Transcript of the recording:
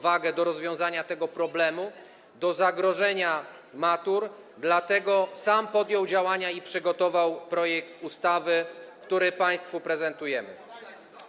wagę, do rozwiązania problemu zagrożenia matur, sam podjął działania i przygotował projekt ustawy, który państwu prezentujemy.